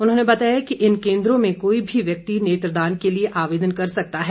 उन्होंने बताया कि इन केन्द्रों में कोई भी व्यक्ति नेत्रदान के लिए आवेदन कर सकता है